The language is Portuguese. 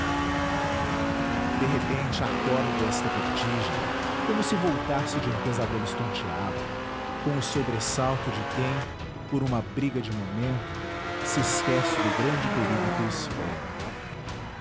de repente acordo desta vertigem como se voltasse de um pesadelo estonteado com o sobressalto de quem por uma briga de momento se esquece do grande perigo que o espera